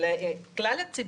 אלא של כלל הציבור.